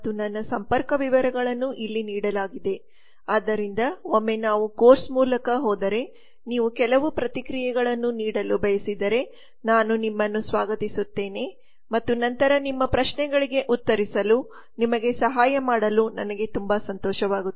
Biplab Dattaಮತ್ತು ನನ್ನ ಸಂಪರ್ಕ ವಿವರಗಳನ್ನು ಇಲ್ಲಿ ನೀಡಲಾಗಿದೆ ಆದ್ದರಿಂದ ಒಮ್ಮೆ ನಾವು ಕೋರ್ಸ್ ಮೂಲಕ ಹೋದರೆ ನೀವು ಕೆಲವು ಪ್ರತಿಕ್ರಿಯೆಗಳನ್ನು ನೀಡಲು ಬಯಸಿದರೆ ನಾನುನಿಮ್ಮನ್ನು ಸ್ವಾಗತಿಸುತ್ತೇನೆ ಮತ್ತು ನಂತರ ನಿಮ್ಮ ಪ್ರಶ್ನೆಗಳಿಗೆ ಉತ್ತರಿಸಲು ನಿಮಗೆ ಸಹಾಯ ಮಾಡಲು ನನಗೆ ತುಂಬಾ ಸಂತೋಷವಾಗುತ್ತದೆ